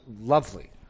lovely